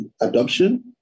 adoption